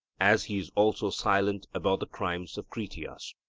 as he is also silent about the crimes of critias.